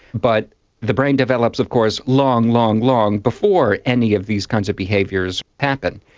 but the brain develops of course long, long long before any of these kinds of behaviours happen,